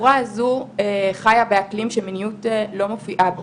הבחורה הזו חייה באקלים שמיניות לא מופיעה בו.